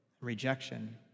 rejection